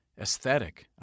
aesthetic